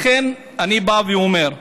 לכן אני בא ואומר: